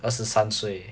二十三岁